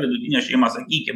vidutinė šeima sakykim